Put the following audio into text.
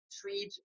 treat